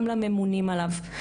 גם לממונים עליו.